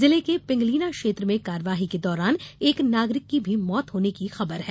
जिले के पिंगलीना क्षेत्र में कार्रवाई के दौरान एक नागरिक की भी मौत की खबर है